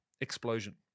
explosion